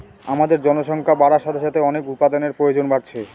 আমাদের জনসংখ্যা বাড়ার সাথে সাথে অনেক উপাদানের প্রয়োজন বাড়ছে